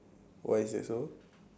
why is that so